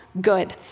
good